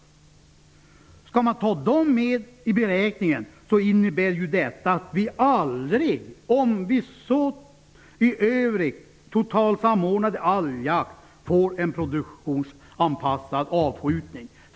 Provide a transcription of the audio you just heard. Om man skall ta dem med i beräkningen innebär detta att vi aldrig -- inte ens om vi i övrigt totalt samordnar all jakt -- får en produktionsanpassad avskjutning.